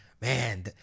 Man